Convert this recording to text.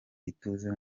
ituze